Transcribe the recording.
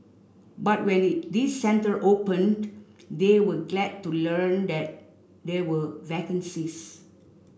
but when the this centre opened they were glad to learn that there were vacancies